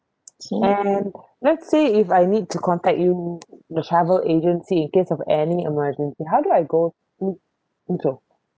and let's say if I need to contact you the travel agency in case of any emergency how do I go who who to